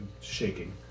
Shaking